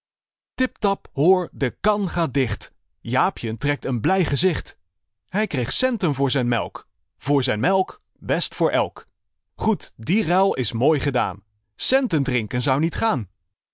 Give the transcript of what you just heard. tip tap hoor de kan gaat dicht jaapjen trekt een blij gezicht hij kreeg centen voor zijn melk voor zijn melk best voor elk goed die ruil is mooi gedaan centen drinken zou niet gaan